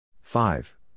five